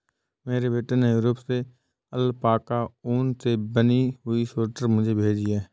मेरे बेटे ने यूरोप से अल्पाका ऊन से बनी हुई स्वेटर मुझे भेजी है